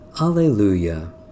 Alleluia